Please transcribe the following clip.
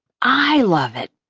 i love it.